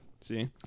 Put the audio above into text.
See